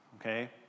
okay